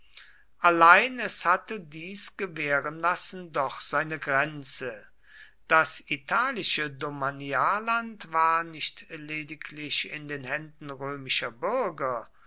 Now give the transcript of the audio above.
allein es hatte dies gewährenlassen doch seine grenze das italische domanialland war nicht lediglich in den händen römischer bürger